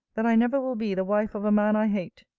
that i never will be the wife of a man i hate.